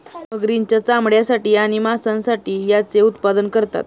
मगरींच्या चामड्यासाठी आणि मांसासाठी याचे उत्पादन करतात